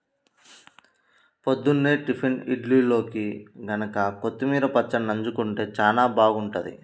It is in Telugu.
పొద్దున్నే టిఫిన్ ఇడ్లీల్లోకి గనక కొత్తిమీర పచ్చడి నన్జుకుంటే చానా బాగుంటది